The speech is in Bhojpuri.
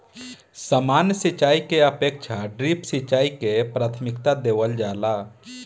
सामान्य सिंचाई के अपेक्षा ड्रिप सिंचाई के प्राथमिकता देवल जाला